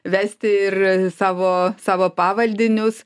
vesti ir savo savo pavaldinius